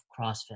CrossFit